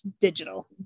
digital